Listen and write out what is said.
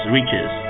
Reaches